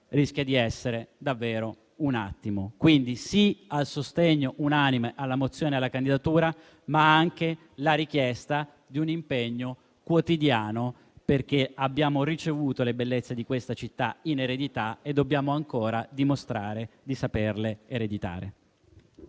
rischia di essere davvero breve. Quindi, sì al sostegno unanime alla mozione sulla candidatura di Roma, ma anche la richiesta di un impegno quotidiano, perché abbiamo ricevuto le bellezze di questa città in eredità ma dobbiamo ancora dimostrare di esserne in grado.